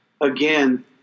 again